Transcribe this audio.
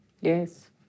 Yes